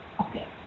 okay